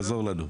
תעזור לנו.